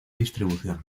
distribución